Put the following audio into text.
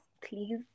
please